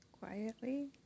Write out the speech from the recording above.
quietly